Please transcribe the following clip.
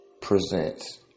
presents